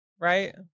right